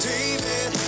David